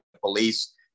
police